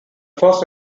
first